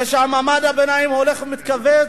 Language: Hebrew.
כשמעמד הביניים הולך ומתכווץ,